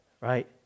right